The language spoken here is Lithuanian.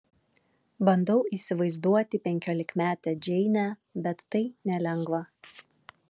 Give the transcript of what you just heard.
bandau įsivaizduoti penkiolikmetę džeinę bet tai nelengva